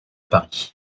paris